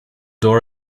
door